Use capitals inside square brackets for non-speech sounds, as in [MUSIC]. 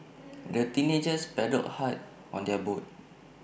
[NOISE] the teenagers paddled hard on their boat